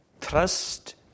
trust